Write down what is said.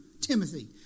Timothy